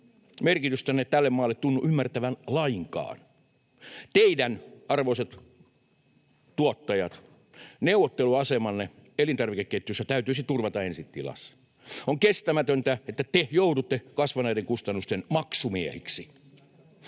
merkitystänne tälle maalle tunnu ymmärtävän lainkaan. Teidän, arvoiset tuottajat, neuvotteluasemanne elintarvikeketjussa täytyisi turvata ensi tilassa. On kestämätöntä, että te joudutte kasvaneiden kustannusten maksumiehiksi.